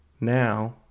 now